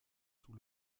sous